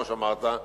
כמו שאמרת,